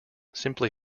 simply